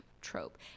trope